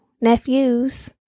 nephews